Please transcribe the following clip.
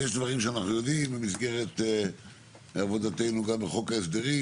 יש דברים שאנחנו יודעים במסגרת עבודתנו גם בחוק ההסדרים,